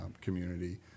community